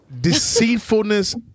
Deceitfulness